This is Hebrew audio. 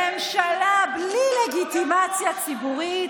ממשלה בלי לגיטימציה ציבורית,